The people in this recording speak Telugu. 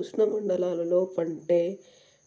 ఉష్ణమండలాల లో పండే